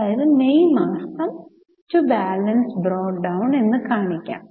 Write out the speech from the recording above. അതായത് മെയ് മാസം to balance brought down എന്ന് കാണിക്കാം